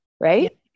Right